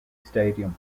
stadium